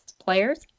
players